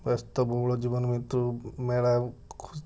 ବ୍ୟସ୍ତବହୁଳ ଜୀବନ ଭିତରୁ ମେଳା